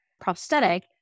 prosthetic